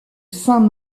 saint